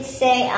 say